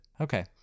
okay